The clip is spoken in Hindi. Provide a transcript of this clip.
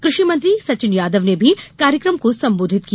कृषि मंत्री सचिन यादव ने भी कार्यक्रम को संबोधित किया